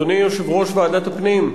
אדוני יושב-ראש ועדת הפנים,